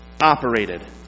operated